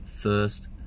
first